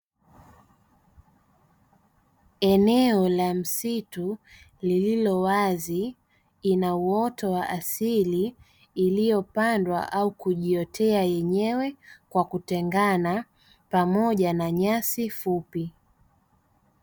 Eneo la msitu lililo wazi ina uoto wa asili iliyopandwa au kujiotea yenyewe kwa kutengana pamoja na nyasi fupi.